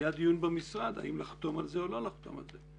היה דיון במשרד האם לחתום על זה או לא לחתום על זה.